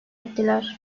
ettiler